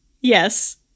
Yes